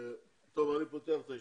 אני פותח את הישיבה.